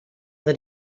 that